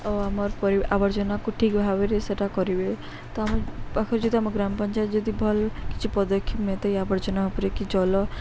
ଆଉ ଆମର ଆବର୍ଜନାକୁ ଠିକ୍ ଭାବରେ ସେଟା କରିବେ ତ ଆମ ପାଖରେ ଯଦି ଆମ ଗ୍ରାମ ପଞ୍ଚାୟତ ଯଦି ଭଲ କିଛି ପଦକ୍ଷେପ ନେତ ଆବର୍ଜନା ଉପରେ କି ଜଲ